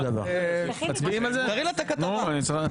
אנחנו מצביעים על ביטחון לאומי.